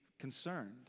concerned